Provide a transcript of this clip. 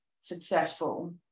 successful